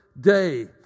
day